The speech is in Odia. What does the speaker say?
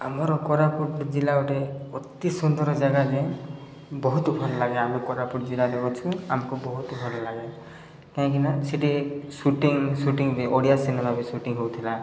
ଆମର କୋରାପୁଟ ଜିଲ୍ଲା ଗୋଟେ ଅତି ସୁନ୍ଦର ଜାଗା ଯେ ବହୁତ ଭଲ ଲାଗେ ଆମେ କୋରାପୁଟ ଜିଲ୍ଲାରେ ଅଛୁ ଆମକୁ ବହୁତ ଭଲ ଲାଗେ କାହିଁକିନା ସେଠି ସୁଟିଂ ସୁଟିଂ ବି ଓଡ଼ିଆ ସିନେମା ବି ସୁଟିଂ ହଉଥିଲା